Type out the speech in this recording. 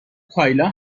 کایلا